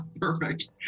Perfect